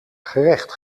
gerecht